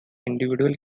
individual